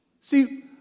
see